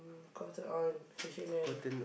mm Cotton-On H-and-M